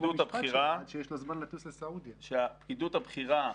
שהפקידות הבכירה,